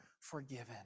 forgiven